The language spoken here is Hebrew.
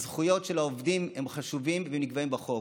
הזכויות של העובדים הן חשובות ונקבעות בחוק.